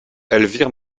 elvire